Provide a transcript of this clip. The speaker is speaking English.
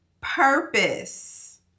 purpose